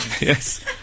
Yes